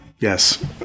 Yes